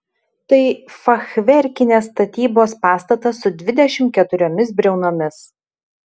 tai fachverkinės statybos pastatas su dvidešimt keturiomis briaunomis